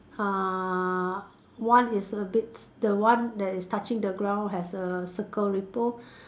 uh one is a bit the one that is touching the ground has a circle ripple